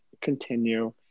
continue